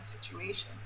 situation